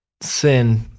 sin